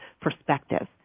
perspective